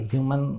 Human